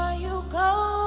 ah you go